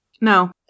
No